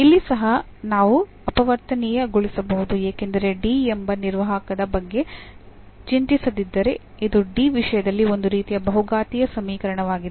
ಇಲ್ಲಿ ಸಹ ನಾವು ಅಪವರ್ತನೀಯಗೊಳಿಸಬಹುದು ಏಕೆಂದರೆ D ಎಂಬ ನಿರ್ವಾಹಕದ ಬಗ್ಗೆ ಚಿಂತಿಸದೆದಿದ್ದರೆ ಇದು D ವಿಷಯದಲ್ಲಿ ಒಂದು ರೀತಿಯ ಬಹುಘಾತೀಯ ಸಮೀಕರಣವಾಗಿದೆ